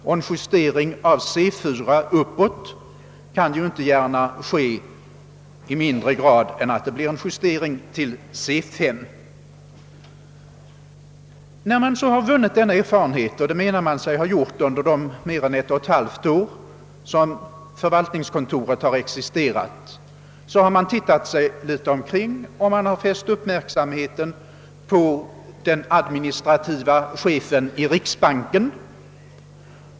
Och en justering uppåt från C 4 kan ju inte gärna göras mindre än till C 5. När man sedan har vunnit de erfarenheterna — och det menar man sig ha gjort under de drygt ett och ett halvt år som förvaltningskontoret har existerat -— har man uppmärksammat den Jöneställning som den administrative chefen i riksbanken har.